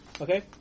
Okay